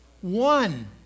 one